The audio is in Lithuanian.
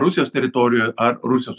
rusijos teritorijoj ar rusijos